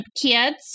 Kids